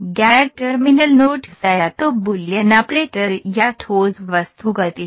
गैर terminal nodes या तो बूलियन ऑपरेटर या ठोस वस्तु गति हैं